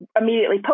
immediately